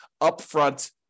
upfront